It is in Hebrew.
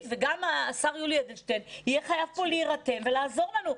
וגם השר יולי אדלשטיין יהיה חייב פה להירתם ולעזור לנו,